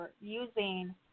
using –